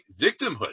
victimhood